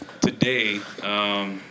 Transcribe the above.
today